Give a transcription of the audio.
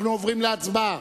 אנחנו עוברים להצבעה.